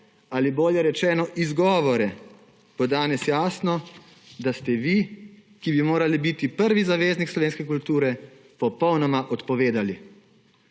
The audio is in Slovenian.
ali – bolje rečeno – izgovore bo danes jasno, da ste vi, ki bi morali biti prvi zaveznik slovenske kulture, popolnoma odpovedali.